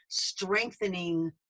strengthening